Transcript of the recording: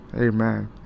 Amen